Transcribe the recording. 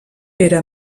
era